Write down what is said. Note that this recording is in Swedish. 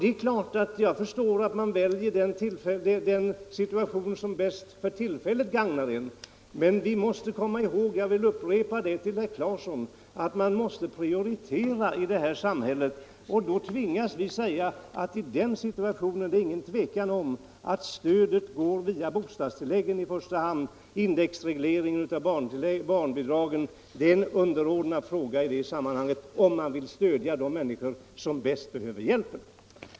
Det är klart att jag förstår att man väljer den situation som just för tillfället bäst gagnar en att argumentera för, men — jag vill upprepa det till herr Claeson —- man måste prioritera i samhället, och i den situationen är det inget tvivel om att stödet i första hand bör lämnas via bostadstilläggen och att indexregleringen av barnbidragen är en sämre möjlighet, om man vill stödja de människor som bäst behöver hjälpen.